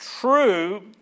true